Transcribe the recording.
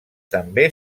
també